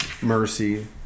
mercy